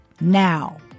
Now